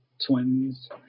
twins